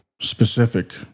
specific